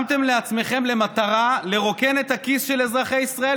שמתם לעצמכם למטרה לרוקן את הכיס של אזרחי ישראל?